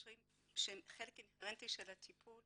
שהם חלק אינהרנטי של הטיפול